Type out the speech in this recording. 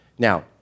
Now